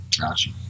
Gotcha